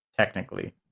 Technically